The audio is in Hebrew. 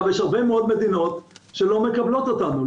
יש הרבה מאוד מדינות שלא מקבלות אותנו,